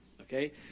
okay